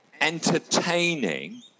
entertaining